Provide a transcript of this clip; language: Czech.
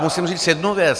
Musím říct jednu věc.